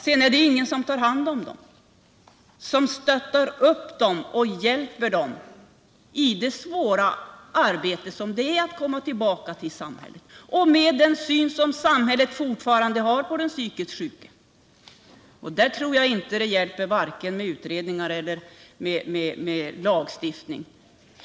Sedan är det, med tanke på den syn vi fortfarande har på de psykiskt sjuka, ingen som tar hand om dem och hjälper dem i deras svåra arbete med att komma tillbaka till samhället. Där tror jag inte det hjälper vare sig med utredningar eller med lagstiftning.